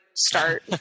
start